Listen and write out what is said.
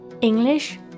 English